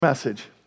message